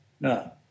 No